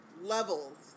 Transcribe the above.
Levels